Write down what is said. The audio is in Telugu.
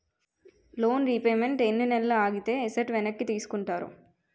లోన్ రీపేమెంట్ ఎన్ని నెలలు ఆగితే ఎసట్ వెనక్కి తీసుకుంటారు?